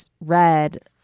read